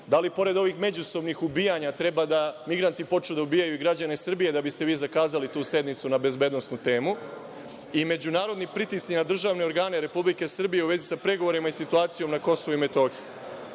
Da li pored ovih međusobnih ubijanja treba migranti da počnu da ubijaju i građane Srbije da biste vi zakazali tu sednicu na bezbednosnu temu? Međunarodni pritisci na državne organe Republike Srbije u vezi sa pregovorima i situacijom na Kosovu i Metohiji? Dakle,